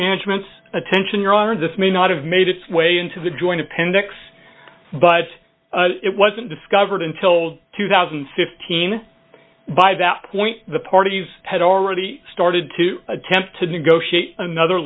management's attention earlier this may not have made its way into the joint appendix but it wasn't discovered until two thousand and fifteen by that point the parties had already started to attempt to negotiate another